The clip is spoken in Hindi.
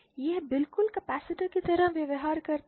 यह बिल्कुल कैपेसिटर की तरह व्यवहार करता है